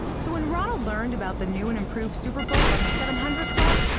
so when ronald learned about the new and improved superbook on the seven hundred club,